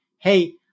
hey